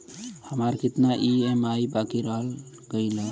हमार कितना ई ई.एम.आई बाकी रह गइल हौ?